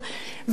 המחיר,